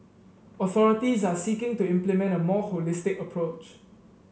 authorities are seeking to implement a more holistic approach